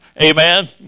Amen